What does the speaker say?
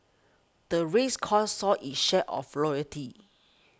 the race course saw its share of royalty